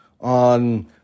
on